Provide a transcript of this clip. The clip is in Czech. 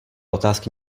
otázky